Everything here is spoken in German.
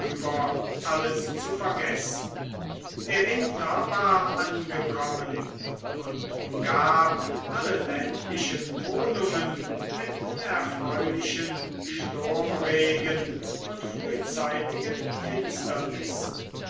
alles zu vergessen der winter war angekommen und umgab alle ländlichen wohnungen mit unerfreulichen sturmregen und frühzeitigen finsternissen